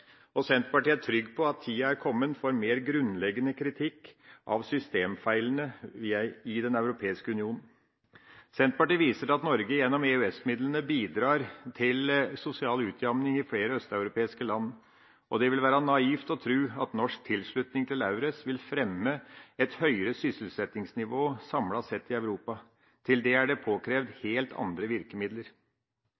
EU-parlamentet. Senterpartiet er trygg på at tida er kommet for mer grunnleggende kritikk av systemfeilene i Den europeiske union. Senterpartiet viser til at Norge gjennom EØS-midlene bidrar til sosial utjamning i flere østeuropeiske land, og det vil være naivt å tro at norsk tilslutning til EURES vil fremme et høyere sysselsettingsnivå samlet sett i Europa. Til det er det påkrevd